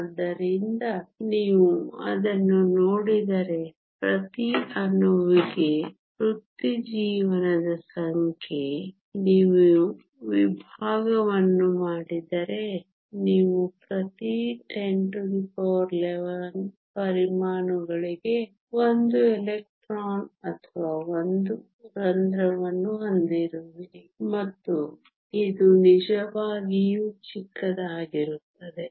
ಆದ್ದರಿಂದ ನೀವು ಅದನ್ನು ನೋಡಿದರೆ ಪ್ರತಿ ಅಣುವಿಗೆ ವೃತ್ತಿಜೀವನದ ಸಂಖ್ಯೆ ನೀವು ವಿಭಾಗವನ್ನು ಮಾಡಿದರೆ ನೀವು ಪ್ರತಿ 1011 ಪರಮಾಣುಗಳಿಗೆ 1 ಎಲೆಕ್ಟ್ರಾನ್ ಅಥವಾ 1 ರಂಧ್ರವನ್ನು ಹೊಂದಿರುವಿರಿ ಮತ್ತು ಇದು ನಿಜವಾಗಿಯೂ ಚಿಕ್ಕದಾಗಿರುತ್ತದೆ